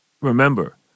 remember